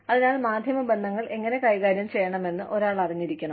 അതിനാൽ മാധ്യമ ബന്ധങ്ങൾ എങ്ങനെ കൈകാര്യം ചെയ്യണമെന്ന് ഒരാൾ അറിഞ്ഞിരിക്കണം